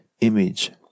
image